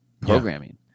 programming